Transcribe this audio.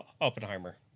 Oppenheimer